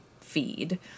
feed